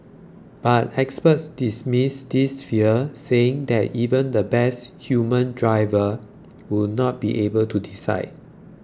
but experts dismiss this fear saying that even the best human driver would not be able to decide